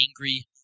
angry